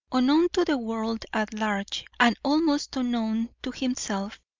unknown to the world at large and almost unknown to himself,